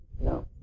no